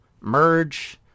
merge